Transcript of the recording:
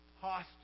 hostile